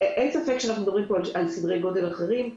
ספק שאנחנו מדברים פה על סדרי גודל אחרים.